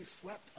swept